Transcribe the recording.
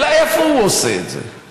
אלא זה איפה הוא עושה את זה.